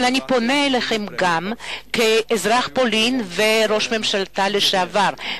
אבל אני פונה אליכם גם כאזרח פולין וראש ממשלתה לשעבר,